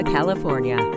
California